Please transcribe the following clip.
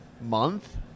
month